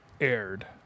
aired